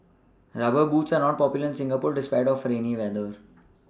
rubber boots are not popular in Singapore despite our for rainy weather